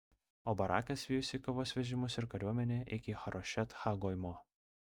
o barakas vijosi kovos vežimus ir kariuomenę iki harošet ha goimo